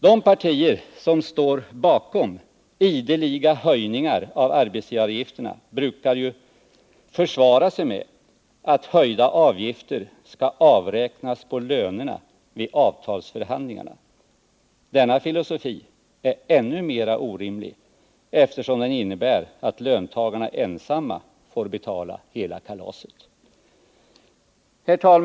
De partier som står bakom ideliga höjningar av arbetsgivaravgifterna brukar försvara sig med att höjda avgifter skall avräknas på lönerna vid avtalsförhandlingarna. Denna filosofi är ännu mer orimlig, eftersom den innebär att löntagarna ensamma får betala hela kalaset.